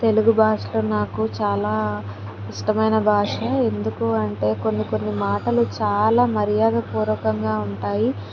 తెలుగు భాష నాకు చాలా ఇష్టమైన భాష ఎందుకు అంటే కొన్ని కొన్ని మాటలు చాలా మర్యాదపూర్వకంగా ఉంటాయి